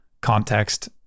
context